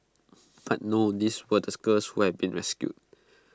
but no these were the girls where been rescued